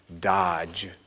Dodge